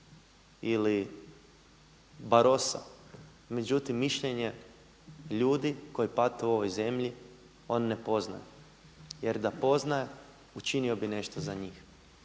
ili Barrosa, međutim mišljenje ljudi koji pate u ovoj zemlji, on ne poznaje jer da poznaje učinio bi nešto za njih.